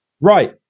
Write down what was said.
Right